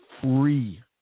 Free